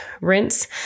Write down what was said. rinse